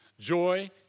Joy